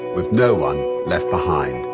with no one left behind,